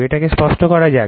এটাকে স্পষ্ট করা যাক